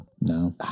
no